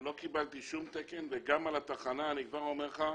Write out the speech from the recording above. לא קיבלתי שום תקן וגם על התחנה, אני כבר אומר לך,